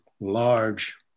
large